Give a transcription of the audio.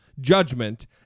judgment